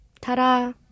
ta-da